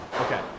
Okay